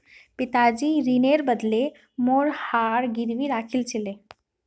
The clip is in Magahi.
पिताजी ऋनेर बदले मोर हार गिरवी राखिल छिले